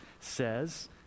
says